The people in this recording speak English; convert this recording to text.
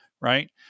right